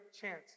chance